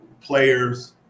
players